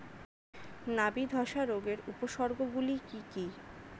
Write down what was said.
নাবি ধসা রোগের উপসর্গগুলি কি কি?